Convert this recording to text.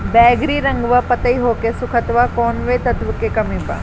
बैगरी रंगवा पतयी होके सुखता कौवने तत्व के कमी बा?